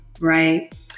right